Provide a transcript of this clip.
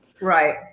Right